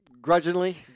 Grudgingly